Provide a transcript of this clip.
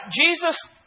Jesus